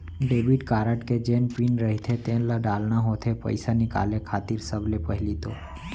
debit card के जेन pin रहिथे तेन ल डालना होथे पइसा निकाले खातिर सबले पहिली तो